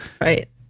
right